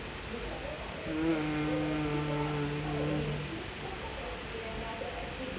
mmhmm